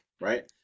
right